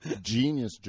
genius